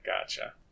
gotcha